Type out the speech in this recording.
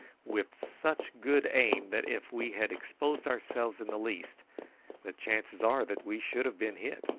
with such good aim that if we had exposed ourselves in the least the chances are that we should have been hit.